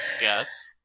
Yes